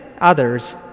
others